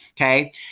Okay